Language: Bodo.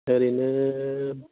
ओरैनो